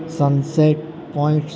sunset points